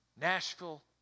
Nashville